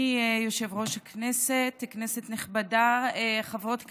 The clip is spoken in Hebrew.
אדוני יושב-ראש הכנסת, כנסת נכבדה, חברות כנסת,